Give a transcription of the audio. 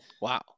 Wow